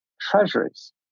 treasuries